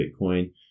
Bitcoin